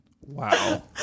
Wow